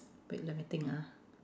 wait let me think ah